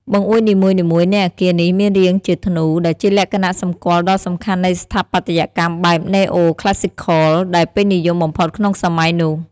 បង្អួចនីមួយៗនៃអគារនេះមានរាងជាធ្នូ ដែលជាលក្ខណៈសម្គាល់ដ៏សំខាន់នៃស្ថាបត្យកម្មបែប "Neo-Classical" ដែលពេញនិយមបំផុតក្នុងសម័យនោះ។